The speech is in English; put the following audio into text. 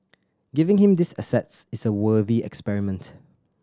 giving him these assets is a worthy experiment